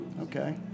Okay